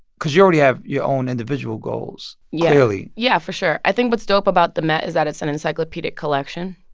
because you already have your own individual goals, yeah clearly yeah. yeah, for sure. i think what's dope about the met is that it's an encyclopedic collection.